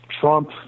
Trump